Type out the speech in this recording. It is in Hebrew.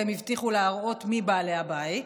והם הבטיחו להראות מי בעלי הבית,